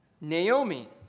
Naomi